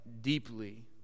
deeply